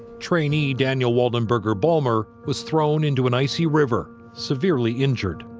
trainee daniel waldenberger-bulmer was thrown into an icy river, severely injured.